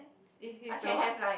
if he's the what